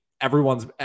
everyone's